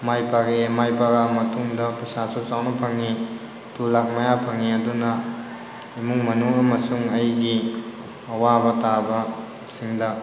ꯃꯥꯏ ꯄꯥꯛꯑꯦ ꯃꯥꯏ ꯄꯥꯛꯂꯛꯑꯕ ꯃꯇꯨꯡꯗ ꯄꯩꯁꯥꯁꯨ ꯆꯥꯎꯅ ꯐꯪꯉꯤ ꯇꯨ ꯂꯥꯛ ꯃꯌꯥ ꯐꯪꯉꯤ ꯑꯗꯨꯅ ꯏꯃꯨꯡ ꯃꯅꯨꯡ ꯑꯃꯁꯨꯡ ꯑꯩꯒꯤ ꯑꯋꯥꯕ ꯇꯥꯕ ꯁꯤꯡꯗ